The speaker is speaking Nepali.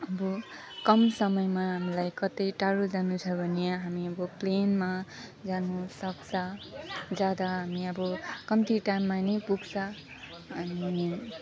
अब कम समयमा हामीलाई कतै टाढो जानु छ भने यहाँ हामी अब प्लेनमा जानु सक्छ जाँदा हामी अब कम्ती टाइममा नै पुग्छ अनि